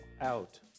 out